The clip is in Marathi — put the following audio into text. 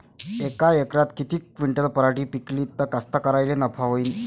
यका एकरात किती क्विंटल पराटी पिकली त कास्तकाराइले नफा होईन?